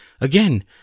again